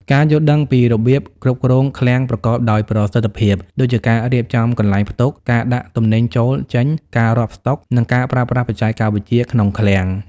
ការយល់ដឹងពីរបៀបគ្រប់គ្រងឃ្លាំងប្រកបដោយប្រសិទ្ធភាព ដូចជាការរៀបចំកន្លែងផ្ទុក ការដាក់ទំនិញចូល-ចេញ ការរាប់ស្តុក និងការប្រើប្រាស់បច្ចេកវិទ្យាក្នុងឃ្លាំង។